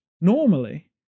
normally